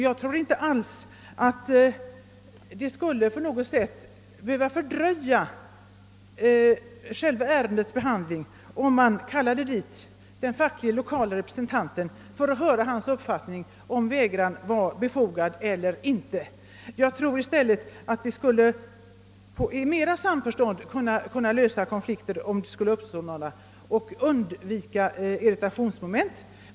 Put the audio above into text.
Jag tror inte alls att det skulle på något sätt behöva fördröja själva ärendets behandling om man tillkallade den facklige lokale representanten för att höra hans uppfattning huruvida vägran är befogad eller inte. Jag tror att man i stället i samförstånd skulle kunna lösa de konflikter som kan uppstå och undvika irritationsmoment.